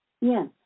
Yes